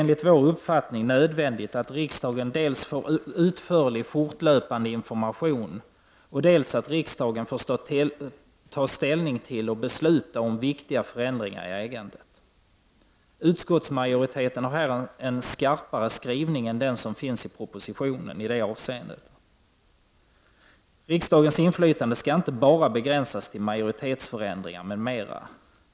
Enligt vår uppfattning är nödvändigt att riksdagen dels får utförlig, fortlöpande information, dels får ta ställning till och besluta om viktiga förändringar i ägandet. Utskottsmajoriteten har en skarpare skrivning än propositionen i detta avseende. Riksdagens inflytande skall inte bara begränsas till majoritetsförändringar.